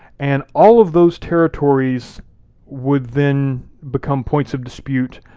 and all of those territories would then become points of dispute,